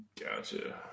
Gotcha